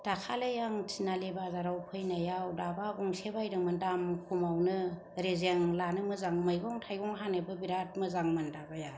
दाखालि आं थिनालि बाजाराव फैनायाव दाबा गंसे बायदोंमोन दाम खमावनो रेजें लानो मोजां मैगं थाइगं हानोबो बिराद मोजांमोन दाबाया